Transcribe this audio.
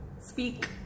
speak